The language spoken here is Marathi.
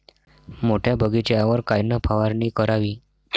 मोठ्या बगीचावर कायन फवारनी करावी?